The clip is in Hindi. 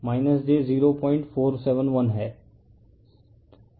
तो Ic0167 और j 0471 हैं